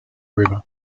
river